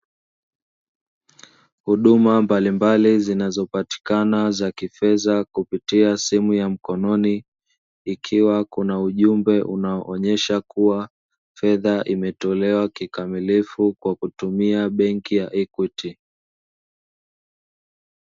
Huduma mbalimbali zinazopatikana za kifedha kupitia simu ya mkononi, ikiwa kuna ujumbe unaoonyesha kuwa fedha imetolewa kikamilifu kwa kutumia benki ya "EQUITY".